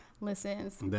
listens